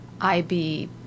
IB